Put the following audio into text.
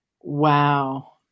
Wow